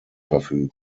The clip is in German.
verfügen